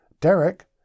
Derek